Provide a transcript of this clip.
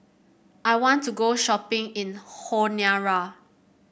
I want to go shopping in the Honiara